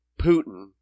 Putin